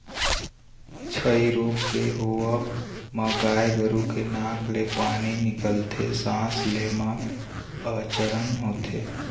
छई रोग के होवब म गाय गरु के नाक ले पानी निकलथे, सांस ले म अड़चन होथे